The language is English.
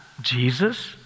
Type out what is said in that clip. Jesus